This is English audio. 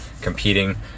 competing